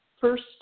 first